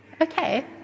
okay